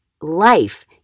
life